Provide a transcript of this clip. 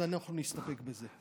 בסדר, אז אנחנו נסתפק בזה.